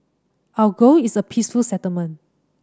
our goal is a peaceful settlement